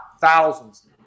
thousands